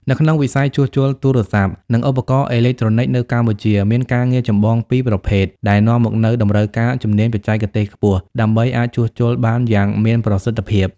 នៅក្នុងវិស័យជួសជុលទូរស័ព្ទ និងឧបករណ៍អេឡិចត្រូនិចនៅកម្ពុជា មានការងារចម្បងពីរប្រភេទ ដែលនាំមកនូវតម្រូវការជំនាញបច្ចេកទេសខ្ពស់ ដើម្បីអាចជួសជុលបានយ៉ាងមានប្រសិទ្ធភាព។